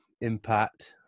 impact